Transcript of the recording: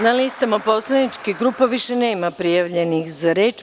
Na listama poslaničkih grupa više nema prijavljenih za reč.